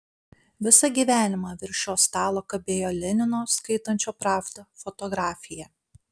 visą gyvenimą virš jo stalo kabėjo lenino skaitančio pravdą fotografija